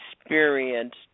experienced